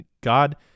God